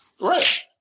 right